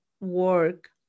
work